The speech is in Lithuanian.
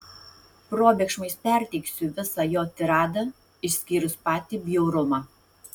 probėgšmais perteiksiu visą jo tiradą išskyrus patį bjaurumą